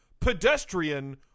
pedestrian